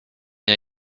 her